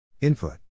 Input